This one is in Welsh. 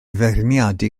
feirniadu